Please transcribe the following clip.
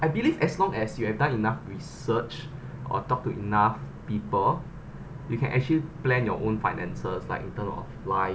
I believe as long as you have done enough research or talked to enough people you can actually plan your own finances like in term of life